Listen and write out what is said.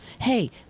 hey